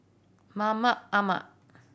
Mahmud Ahmad